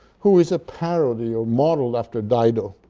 who is a parody or model after dido.